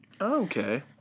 okay